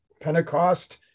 Pentecost